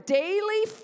daily